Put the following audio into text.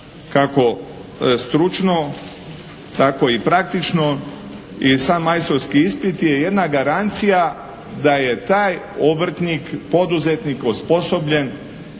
kako stručno tako i praktično i sam majstorski ispit je jedna garancija da je taj obrtnik poduzetnik osposobljen